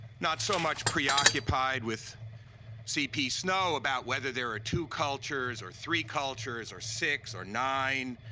not so much preoccupied with cp snow about whether there are two cultures, or three cultures, or six, or nine,